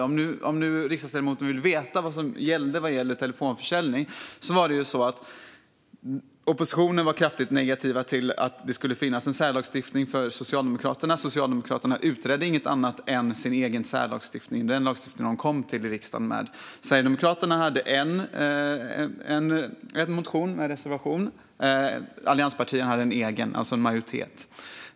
Om riksdagsledamoten vill veta vad som hände när det gäller telefonförsäljning kan jag säga att vi i oppositionen var kraftigt negativa till att det skulle finnas en särlagstiftning för Socialdemokraterna. Socialdemokraterna utredde inget annat än sin egen särlagstiftning, den lagstiftning de kom till riksdagen med. Sverigedemokraterna hade en reservation. Allianspartierna hade en egen. Det fanns alltså majoritet.